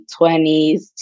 20s